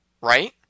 right